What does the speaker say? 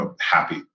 happy